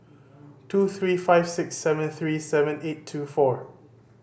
two three five six seven three seven eight two four